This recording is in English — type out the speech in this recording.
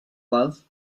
love